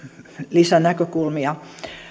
lisänäkökulmia